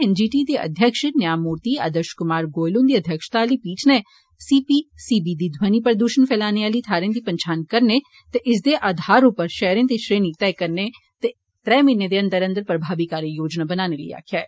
N G T दे अध्यक्ष न्यायमूर्ति आर्दष कुमार गोयल हुन्दी अध्यक्षता आली इक पीठ नै सी पी सी बी गी ध्वनि प्रदूशण फैलाने आली थ्हारें दी पंछान करने ते इसदे आधार उप्पर षैहरे दी श्रेणी तय करन ते त्रै म्हीने दे अंदर अंदर प्रभावी कार्य योजना बनाने लेई आक्खेआ ऐ